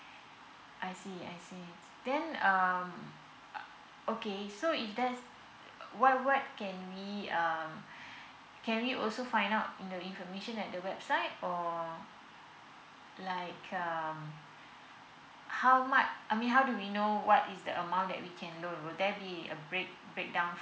I see I see then um okay so if that's what what can we um can we also find out in the information at the website or like um how much I mean how do we I know what is the amount that we can loan would that be break break down